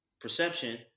perception